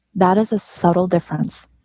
that is a subtle difference.